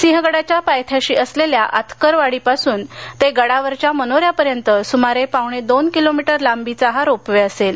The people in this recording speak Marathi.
सिंहगडाच्या पायथ्याशी असलेल्या आतकरवाडी पासून ते गडावरच्या मनोऱ्यापर्यंत सुमारे पावणे दोन किलोमीटर लांबीचा हा रोप वे असेल